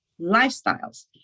lifestyles